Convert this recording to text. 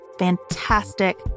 fantastic